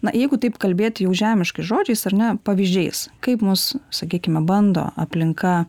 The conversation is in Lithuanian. na jeigu taip kalbėti jau žemiškais žodžiais ar ne pavyzdžiais kaip mus sakykime bando aplinka